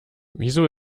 wieso